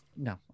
No